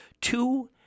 two